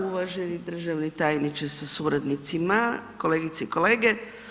Uvaženi državni tajniče sa suradnicima, kolegice i kolege.